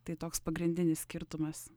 tai toks pagrindinis skirtumas